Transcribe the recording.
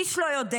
איש לא יודע.